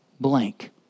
blank